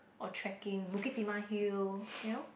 or trekking Bukit-Timah hill you know